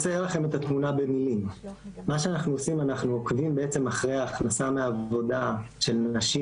אנחנו עוקבים בעצם אחרי הכנסה מעבודה של נשים